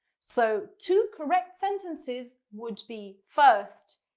so two correct sentences would be first,